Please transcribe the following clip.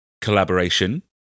collaboration